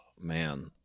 man